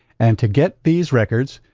and to get these records,